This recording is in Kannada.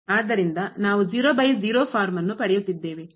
ಆದ್ದರಿಂದ ನಾವು ಫಾರ್ಮ್ ಪಡೆಯುತ್ತಿದ್ದೇವೆ